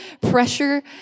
pressure